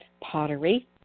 pottery